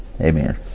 Amen